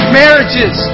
marriages